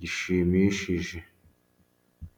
gishimishije.